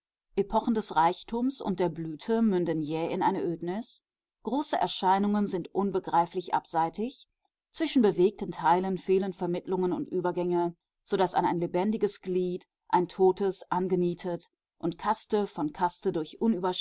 epochen des reichtums und der blüte münden jäh in eine ödnis große erscheinungen sind unbegreiflich abseitig zwischen bewegten teilen fehlen vermittlungen und übergänge so daß an ein lebendiges glied ein totes angenietet und kaste von kaste